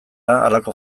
halako